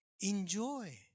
enjoy